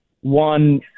one